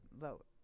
vote